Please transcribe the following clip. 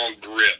grip